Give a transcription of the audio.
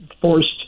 forced